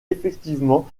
effectivement